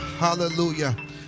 Hallelujah